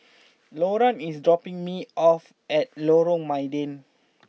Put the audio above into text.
Loran is dropping me off at Lorong Mydin